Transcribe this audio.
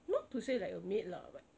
not to say like a maid lah but